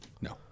No